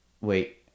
Wait